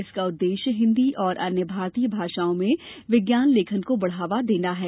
इसका उद्वेश्य हिन्दी और अन्य भारतीय भाषाओं में विज्ञान लेखन को बढ़ावा देना है